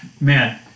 man